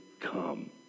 come